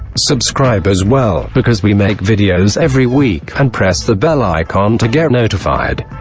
subscribe as well, because we make videos every week, and press the bell icon to get notified.